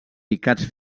picats